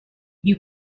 you